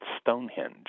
Stonehenge